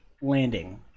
landing